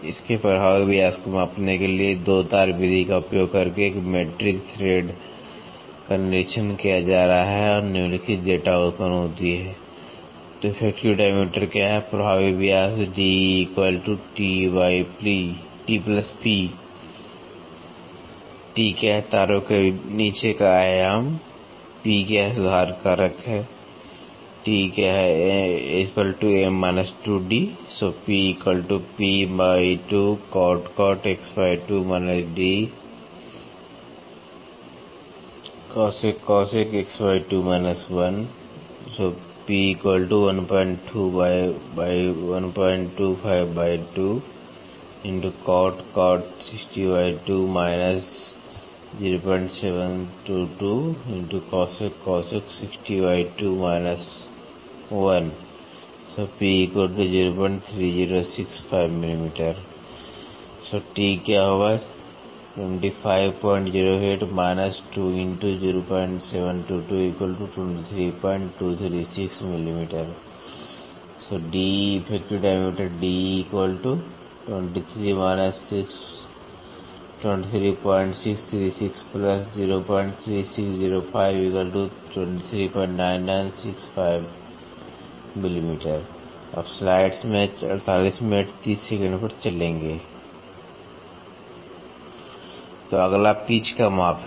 इसके प्रभावी व्यास को मापने के लिए दो तार विधि का उपयोग करके एक मीट्रिक स्क्रू थ्रेड का निरीक्षण किया जा रहा है और निम्नलिखित डेटा उत्पन्न होता है प्रभावी व्यास T तारों के नीचे का आयाम P सुधार कारक T M - 2d P Therefore P P 03605 mm T 2508 - 20722 23236 mm 23636 03605 239965 mm अगला पिच का माप है